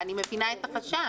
ואני מבינה את החשש,